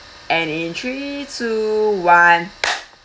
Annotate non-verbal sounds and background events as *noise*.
and in three two one *noise*